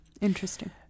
Interesting